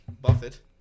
Buffett